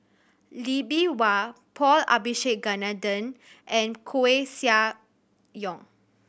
Lee Bee Wah Paul Abisheganaden and Koeh Sia Yong